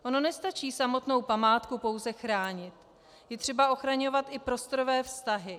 Ono nestačí samotnou památku pouze chránit, je třeba ochraňovat i prostorové vztahy.